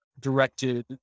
directed